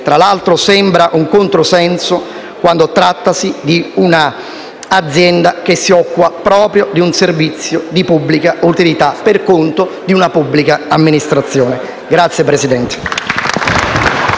Tra l'altro, ciò sembra un controsenso quando si tratta di un'azienda che si occupa proprio di un servizio di pubblica utilità per conto di una pubblica amministrazione. *(Applausi